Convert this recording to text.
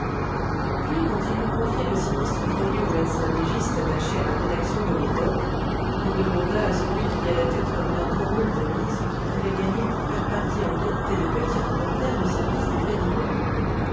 puis quand il eut confié le sinistre colis au médecin légiste attaché à la rédaction de l'époque il demanda à celui qui allait être bientôt rouletabille ce qu'il voulait gagner pour faire partie en qualité de petit reporter du service des faits divers